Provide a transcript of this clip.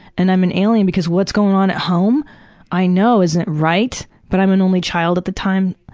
and i'm an alien because what's going on at home i know isn't right. but i'm an only child at the time.